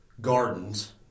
gardens